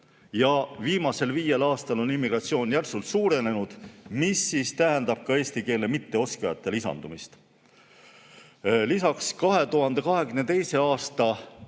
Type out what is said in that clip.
Viimasel viiel aastal on immigratsioon järsult suurenenud, mis tähendab ka eesti keele mitteoskajate lisandumist. Lisaks, 2022. aasta